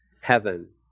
heaven